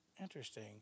interesting